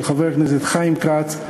של חבר הכנסת חיים כץ,